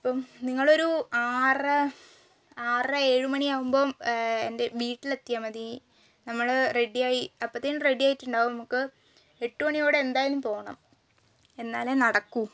അപ്പം നിങ്ങളൊരു ആറര ആറര ഏഴുമണി ആവുമ്പം എൻ്റെ വീട്ടിലെത്തിയാൽ മതി നമ്മൾ റെഡിയായി അപ്പോഴത്തേക്കും റെഡിയായിട്ടുണ്ടാവും നമുക്ക് എട്ടു മണിയോടെ എന്തായാലും പോകണം എന്നാലേ നടക്കൂ